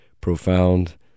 profound